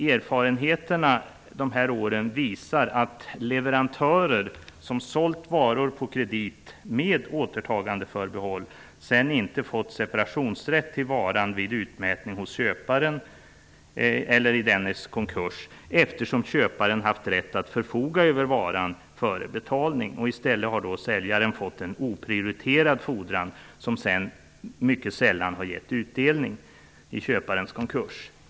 Erfarenheterna visar att leverantörer som sålt varor på kredit med återtagandeförbehåll sedan inte fått separationsrätt till varan vid utmätning hos köparen eller i dennes konkurs, eftersom köparen har haft rätt att förfoga över varan före betalning. I stället har säljaren då fått en oprioriterad fordran, som sedan mycket sällan har gett utdelning i köparens konkurs.